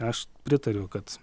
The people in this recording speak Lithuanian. aš pritariu kad